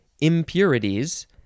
impurities